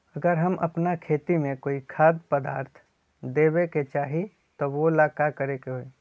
अगर हम अपना खेती में कोइ खाद्य पदार्थ देबे के चाही त वो ला का करे के होई?